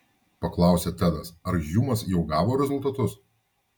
paklausė tedas ar hjumas jau gavo rezultatus